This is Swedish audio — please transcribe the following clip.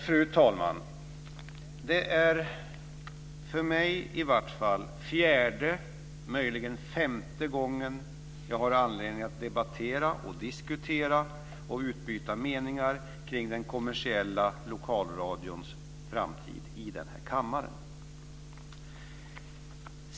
Fru talman! Det är för mig fjärde, möjligen femte, gången som jag har anledning att debattera, diskutera och utbyta meningar i den här kammaren om den kommersiella lokalradions framtid.